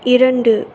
இரண்டு